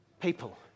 people